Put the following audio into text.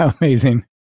amazing